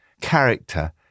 Character